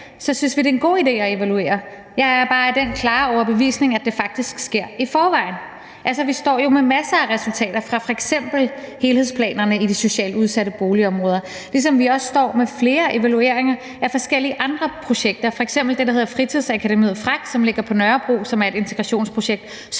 synes vi, at det er en god idé at evaluere. Jeg er bare af den klare overbevisning, at det faktisk sker i forvejen. Altså, vi står med masser af resultater fra f.eks. helhedsplanerne i de socialt udsatte boligområder, ligesom vi også står med flere evalueringer af forskellige andre projekter, f.eks. det fritidsakademi, der hedder FRAK, som ligger på Nørrebro, og som er et integrationsprojekt,